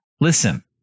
listen